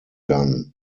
gun